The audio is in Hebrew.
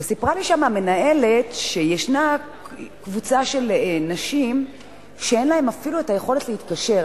וסיפרה לי שם המנהלת שיש קבוצה של נשים שאין להן אפילו היכולת להתקשר,